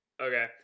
Okay